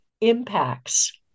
impacts